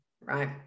right